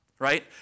Right